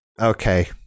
Okay